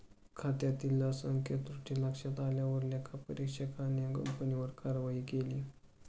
खात्यातील असंख्य त्रुटी लक्षात आल्यावर लेखापरीक्षकाने कंपनीवर कारवाई केली